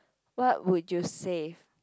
what would you save